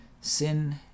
sin